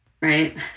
right